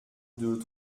deux